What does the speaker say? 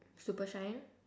super shine